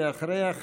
ואחריה,